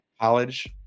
College